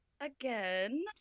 again